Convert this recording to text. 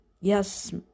Yes